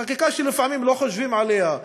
חקיקה שלפעמים לא חושבים עליה,